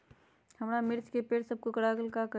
हमारा मिर्ची के पेड़ सब कोकरा गेल का करी?